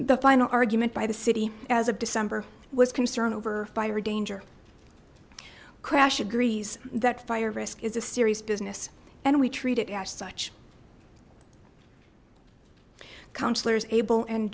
the final argument by the city as of december was concerned over fire danger crash agrees that fire risk is a serious business and we treat it as such councillors abel and